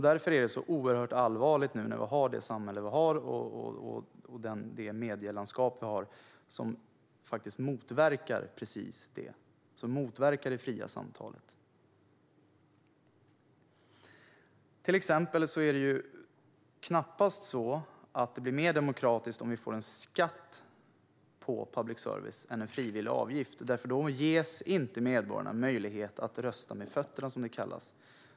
Därför är det oerhört allvarligt att vi nu har det samhälle och det medielandskap som vi har, som faktiskt motverkar det fria samtalet. Till exempel är det knappast så att det blir mer demokratiskt om vi får en skatt på public service än om vi har en frivillig avgift. Då ges ju inte medborgarna möjlighet att rösta med fötterna, som det kallas.